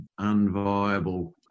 unviable